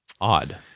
odd